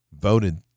voted